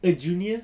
a junior